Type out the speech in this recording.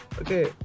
okay